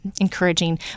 encouraging